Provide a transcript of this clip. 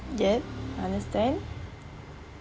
ya understand